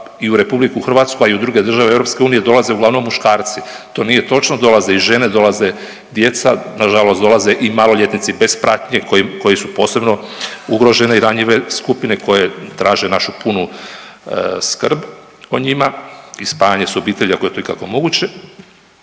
i u RH, a i u druge države EU dolaze uglavnom muškarci, to nije točno, dolaze i žene, dolaze i djece, nažalost dolaze i maloljetnici bez pratnje koji, koji su posebno ugrožene i ranjive skupine koje traže našu punu skrb o njima i spajanje s obitelji ako je to ikako moguće,